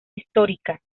histórica